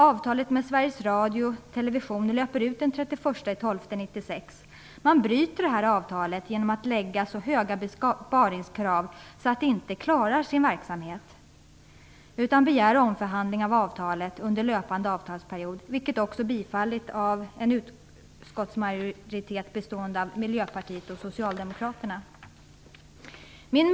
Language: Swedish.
Avtalet med Sveriges Radio och Television löper ut den 31 december 1996. Man bryter avtalet genom att lägga så höga besparingskrav att de inte klarar sin verksamhet utan begär omförhandling av avtalet under löpande avtalsperiod. Detta har biträtts av en utskottsmajoritet bestående av miljöpartister och socialdemokrater.